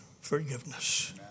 forgiveness